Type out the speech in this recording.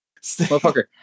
Motherfucker